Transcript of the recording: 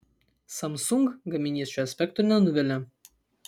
samsung gaminys šiuo aspektu nenuvilia